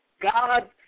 God